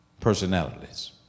personalities